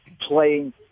playing